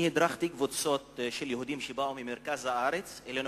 אני הדרכתי קבוצות של יהודים שבאו ממרכז הארץ אלינו,